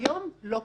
שהיום לא קיים.